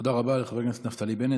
תודה רבה לחבר הכנסת נפתלי בנט.